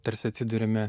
tarsi atsiduriame